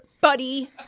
buddy